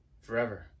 forever